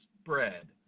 spread